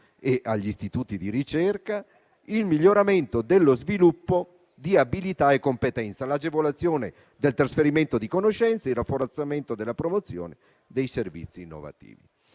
e agli istituti di ricerca, il miglioramento dello sviluppo di abilità e competenza, l'agevolazione del trasferimento di conoscenze, il rafforzamento della promozione dei servizi innovativi.